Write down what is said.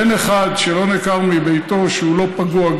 אין אחד שנעקר מביתו שהוא לא פגוע,